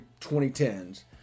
2010s